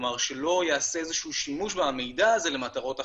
כלומר שלא ייעשה שימוש במידע הזה למטרות אחרות,